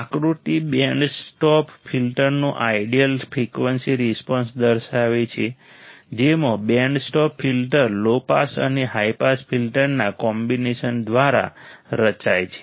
આકૃતિ band stop ફિલ્ટરનો ideal frequency response દર્શાવે છે જેમાં band stop filter low pass અને હાઈ પાસ ફિલ્ટર્સના કોમ્બિનેશન દ્વારા રચાય છે